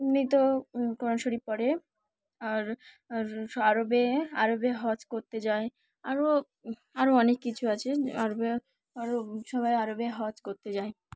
উনি তো কোরআন শরীফ পড়ে আর আর আরবে আরবে হজ করতে যায় আরও আরও অনেক কিছু আছে আরবে আরও সবাই আরবে হজ করতে যায়